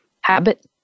habit